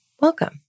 Welcome